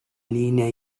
línea